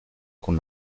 con